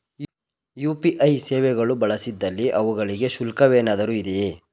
UPI ಸೇವೆಗಳು ಬಳಸಿದಲ್ಲಿ ಅವುಗಳಿಗೆ ಶುಲ್ಕವೇನಾದರೂ ಇದೆಯೇ?